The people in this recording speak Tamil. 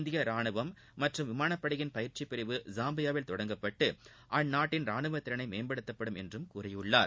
இந்திய ரானுவம் மற்றும் விமானப்படையின் பயிற்சி பிரிவு ஜாம்பியாவில் தொடங்கப்பட்டு அந்நாட்டின் ராணுவத்திறனை மேம்படுத்தும் என்றும் கூறியுள்ளார்